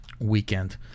weekend